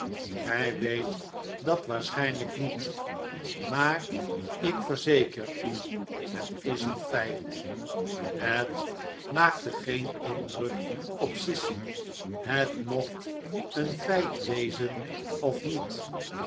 gij weet dat waarschijnlijk niet maar ik verzeker u het is een feit het maakte geen indruk op sissy het m'ocht een feit wezen of niet